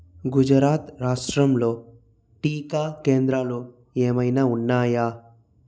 గుజరాత్ రాష్ట్రంలో టీకా కేంద్రాలు ఏమైనా ఉన్నాయా